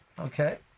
Okay